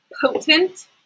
potent